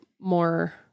more